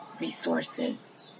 resources